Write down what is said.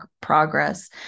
progress